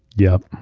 yup.